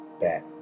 back